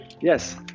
Yes